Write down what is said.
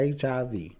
HIV